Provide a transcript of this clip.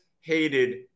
hated